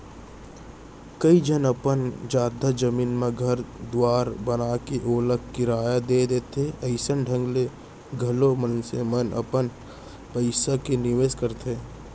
कइ झन अपन जघा जमीन म घर दुवार बनाके ओला किराया दे देथे अइसन ढंग ले घलौ मनसे मन अपन पइसा के निवेस करथे